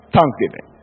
Thanksgiving